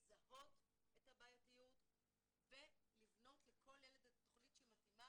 לזהות את הבעייתיות ולבנות לכל ילד את התכנית המתאימה